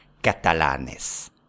catalanes